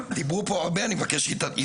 שהחששות מהרפורמה הם עולים מכל הקשת הפוליטית,